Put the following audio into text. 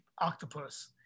octopus